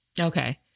Okay